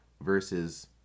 versus